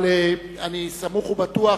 אבל אני סמוך ובטוח